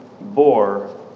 bore